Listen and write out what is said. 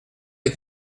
est